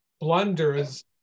blunders